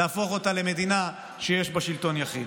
להפוך אותה למדינה שיש בה שלטון יחיד.